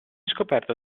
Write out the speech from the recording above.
scoperto